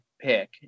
pick